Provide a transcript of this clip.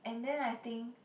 and then I think